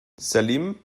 salim